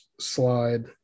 slide